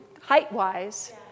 height-wise